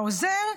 העוזר,